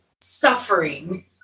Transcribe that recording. suffering